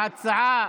ההצעה